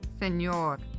señor